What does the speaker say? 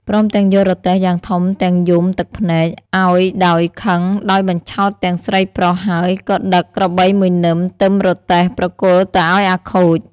ព្រមទាំងយករទេះយ៉ាងធំទាំងយំទឹកភ្នែក ឱ្យដោយខឹងដោយបញ្ឆោតទាំងស្រីប្រុសហើយក៏ដឹក ក្របី១នឹមទឹមរទេះប្រគល់ទៅឱ្យអាខូច។